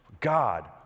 God